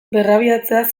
berrabiatzea